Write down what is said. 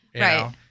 Right